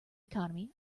economy